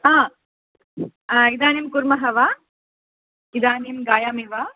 इदानीं कुर्मः वा इदानीं गायामि वा